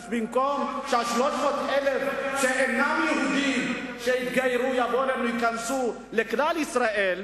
במקום שה-300,000 שאינם יהודים יתגיירו וייכנסו לכלל ישראל,